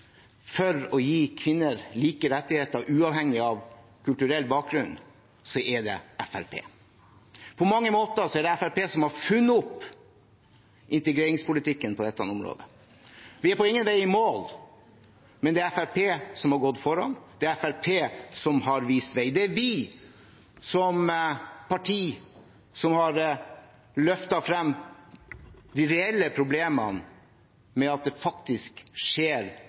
for å gi kvinner like rettigheter uavhengig av kulturell bakgrunn, er det Fremskrittspartiet. På mange måter er det Fremskrittspartiet som har funnet opp integreringspolitikken på dette området. Vi er på ingen måte i mål, men det er Fremskrittspartiet som har gått foran. Det er Fremskrittspartiet som har vist vei. Det er vi som parti som har løftet frem de reelle problemene med at det faktisk skjer